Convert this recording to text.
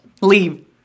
Leave